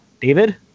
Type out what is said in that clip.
David